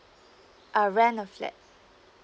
uh rent a flat